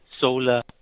solar